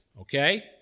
okay